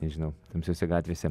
nežinau tamsiose gatvėse